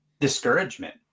discouragement